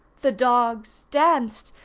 the dogs danced!